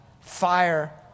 fire